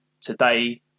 today